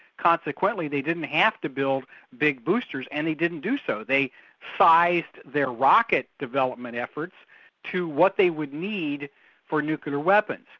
consequently they didn't have to build big boosters and they didn't do so, they sized their rocket development efforts to what they would need for nuclear weapons.